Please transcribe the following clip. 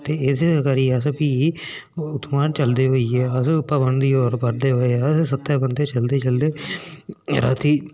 ते इस करी फ्ही उत्थुआं चलदे होई अस भवन दी होर बधदे रेह् अस सत्तै बंदे चलदे चलदे राती